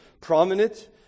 prominent